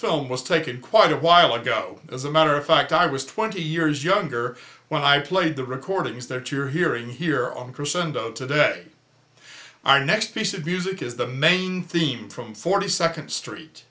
film was taken quite a while ago as a matter of fact i was twenty years younger when i played the recordings there to your hearing here on christendom today our next piece of music is the main theme from forty second street